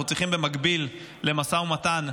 במקביל למשא ומתן,